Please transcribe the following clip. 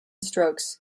strokes